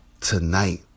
tonight